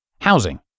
Housing